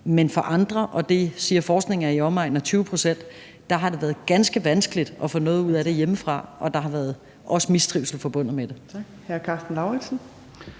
men for andre, og det siger forskningen er i omegnen af 20 pct., har det været ganske vanskeligt at få noget ud af det hjemmefra, og der har også været mistrivsel forbundet med det.